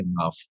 enough